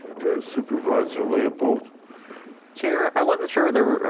cause supervisor leopold chair. i wasn't sure whether,